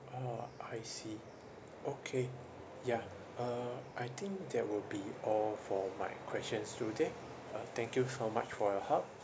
orh I see okay yeah uh I think that would be all for my questions today uh thank you so much for your help